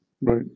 Right